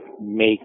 make